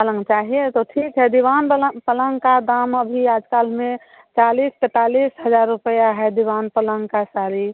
पलंग चाहिए तो ठीक है दीवान बलंग पलंग का दाम अभी आजकाल में चालीस पैंतालीस हज़ार रुपया है दीवान पलंग का सारी